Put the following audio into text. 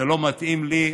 זה לא מתאים לי,